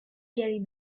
gary